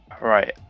right